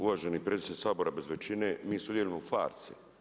Uvaženi predsjedniče Sabora bez većine mi sudjelujemo u farsi.